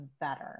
better